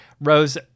rose